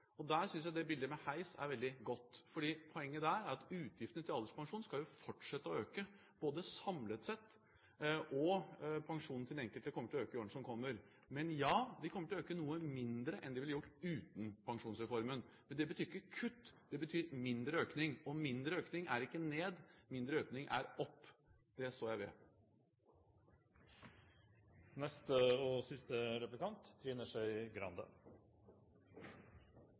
sak. Der synes jeg det bildet med heis er veldig godt, for poenget der er at utgiftene til alderspensjon jo skal fortsette å øke, samlet sett, og pensjonen til den enkelte kommer også til å øke i årene som kommer. Men ja, de kommer til å øke noe mindre enn de ville gjort uten Pensjonsreformen. Men det betyr ikke kutt. Det betyr mindre økning, og mindre økning er ikke «ned». Mindre økning er «opp». Det står jeg ved. Statsministeren var veldig opptatt av velferden i dag og